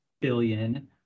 billion